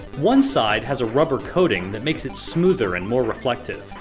one side has a rubber coating that makes it smoother and more reflective.